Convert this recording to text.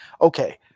okay